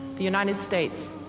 the united states,